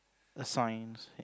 a signs